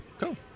cool